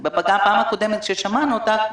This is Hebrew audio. כי בפעם הקודמת ששמענו אותך,